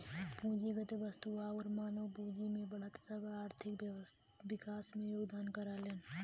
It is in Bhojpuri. पूंजीगत वस्तु आउर मानव पूंजी में बढ़त सब आर्थिक विकास में योगदान करलन